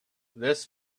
this